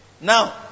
Now